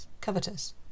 covetous